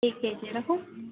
ठीक है जी रखूँ